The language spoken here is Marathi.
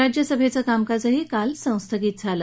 राज्यसभेचंही कामकाज काल संस्थगित झालं